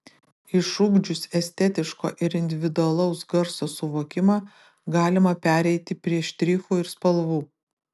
išugdžius estetiško ir individualaus garso suvokimą galima pereiti prie štrichų ir spalvų